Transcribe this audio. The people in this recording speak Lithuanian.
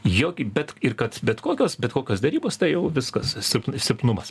jok bet ir kad bet kokios bet kokios derybos tai jau viskas sil silpnumas